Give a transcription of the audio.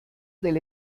del